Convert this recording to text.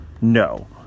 No